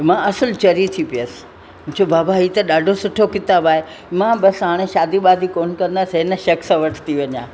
मां असुलु चरी थी पयसि जो बाबा हिकु ॾाढो सुठो किताबु आहे मां बसि हाणे शादियूं वादियूं कोन कंदसि हिन शख़्स वटि थी वञां